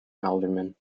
aldermen